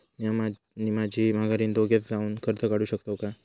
म्या आणि माझी माघारीन दोघे जावून कर्ज काढू शकताव काय?